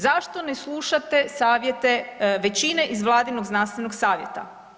Zašto ne slušate savjete većine iz Vladinog znanstvenog savjeta?